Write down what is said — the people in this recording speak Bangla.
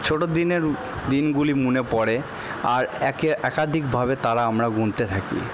ছোটো দিনের দিনগুলি মনে পড়ে আর একে একাধিকভাবে তারা আমরা গুনতে থাকি